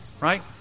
Right